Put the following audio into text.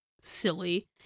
silly